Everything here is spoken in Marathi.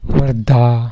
वर्धा